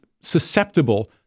susceptible